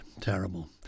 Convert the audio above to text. Terrible